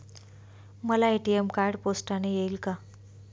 मला ATM card पोस्टाने येईल का?